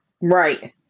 right